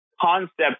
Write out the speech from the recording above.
concept